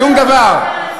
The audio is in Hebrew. שום דבר.